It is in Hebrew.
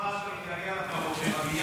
בפעם הבאה שאתה מתגעגע אליו בבוקר,